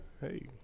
Hey